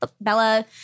Bella